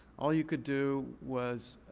all you could do was